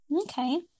Okay